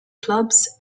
clubs